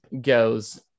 goes